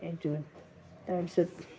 এজন তাৰপিছত